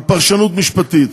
על פרשנות משפטית,